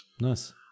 Nice